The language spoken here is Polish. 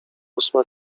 ósma